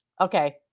Okay